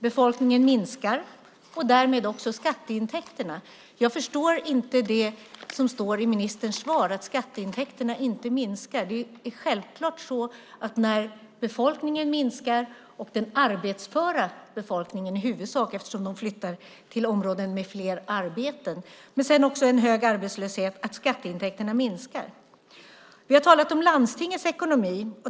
Befolkningen minskar, och därmed också skatteintäkterna. Jag förstår inte det som står i ministerns svar om att skatteintäkterna inte skulle minska. Det är självklart så att när befolkningen minskar, i huvudsak den arbetsföra befolkningen, eftersom de flyttar till områden med fler arbeten, och arbetslösheten är hög minskar skatteintäkterna. Vi har talat om landstingets ekonomi.